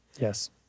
Yes